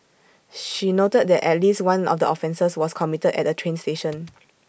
she noted that at least one of the offences was committed at A train station